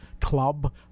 Club